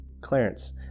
Clarence